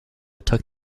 took